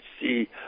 see